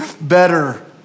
better